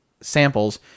samples